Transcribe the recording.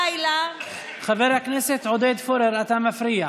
חבר הכנסת עודד פורר, אתה מפריע.